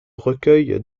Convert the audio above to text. recueil